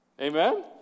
Amen